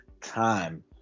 time